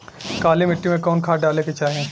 काली मिट्टी में कवन खाद डाले के चाही?